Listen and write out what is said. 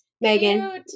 Megan